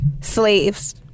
Slaves